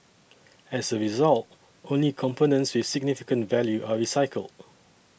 as a result only components with significant value are recycled